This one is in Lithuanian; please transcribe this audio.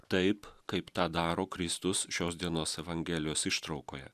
taip kaip tą daro kristus šios dienos evangelijos ištraukoje